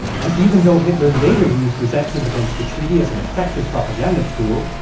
and even though hitler later used resentment against the treaty as an effective propaganda tool,